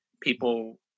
People